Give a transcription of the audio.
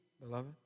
beloved